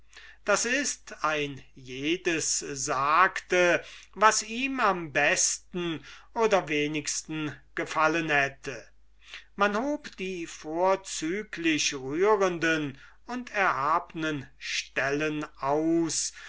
d i ein jedes sagte was ihm am besten oder wenigsten gefallen hätte man hob die vorzüglich rührenden und erhabnen stellen aus